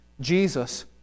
Jesus